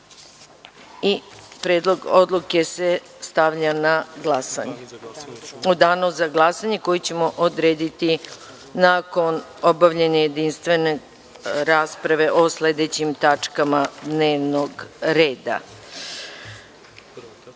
i Predlog odluke se stavlja na glasanje, u danu za glasanje koji ćemo odrediti nakon obavljene jedinstvene rasprave o sledećim tačkama dnevnog